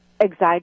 anxiety